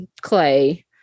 Clay